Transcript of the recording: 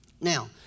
Now